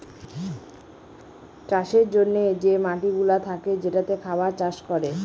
চাষের জন্যে যে মাটিগুলা থাকে যেটাতে খাবার চাষ করে